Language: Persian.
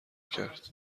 کرد